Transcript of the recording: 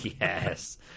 Yes